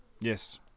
yes